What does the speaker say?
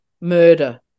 murder